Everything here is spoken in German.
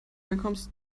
reinkommst